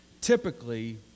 typically